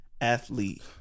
athlete